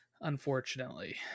Unfortunately